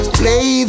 play